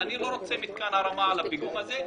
אני לא רוצה מתקן הרמה על הפיגום הזה,